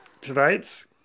Tonight's